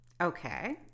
Okay